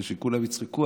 ושכולם יצחקו,